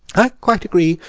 i quite agree,